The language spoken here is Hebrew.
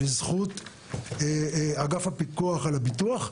לזכות אגף הפיקוח על הביטוח,